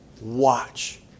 Watch